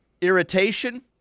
irritation